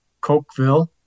Cokeville